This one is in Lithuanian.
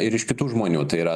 ir iš kitų žmonių tai yra